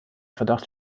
verdacht